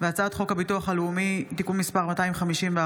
הצעת חוק הביטוח הלאומי (תיקון מס' 251),